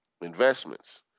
investments